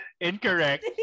incorrect